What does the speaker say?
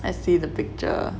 I see the picture